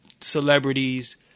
celebrities